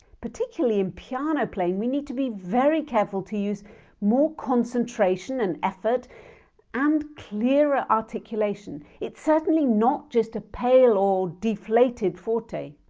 particularly in piano playing we need to be very careful to use more concentration and effort and clearer articulation it's certainly not just a pale or deflated forte!